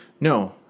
No